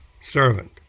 servant